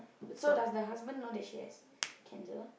so does the husband know that she has cancer